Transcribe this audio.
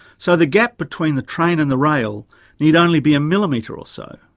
so the gap between the train and the rail need only be a millimetre or so.